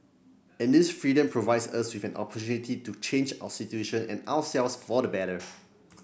and this freedom provides us with an opportunity to change our situation and ourselves for the better